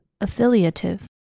Affiliative